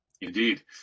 Indeed